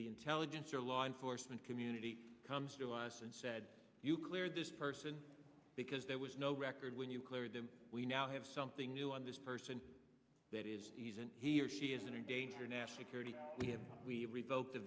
the intelligence or law enforcement community comes to us and said you cleared this person because there was no record when you cleared them we now have something new on this person that is he or she is on a date or national security we have we re